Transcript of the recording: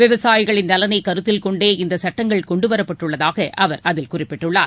விவசாயிகளின் நலனை கருத்தில் கொண்டே இந்த சட்டங்கள் கொண்டுவரப்பட்டுள்ளதாக அவர் அதில் குறிப்பிட்டுள்ளார்